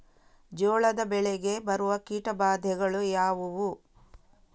ಜೋಳದ ಬೆಳೆಗೆ ಬರುವ ಕೀಟಬಾಧೆಗಳು ಯಾವುವು?